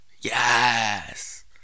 yes